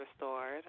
restored